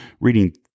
reading